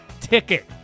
ticket